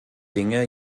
dinge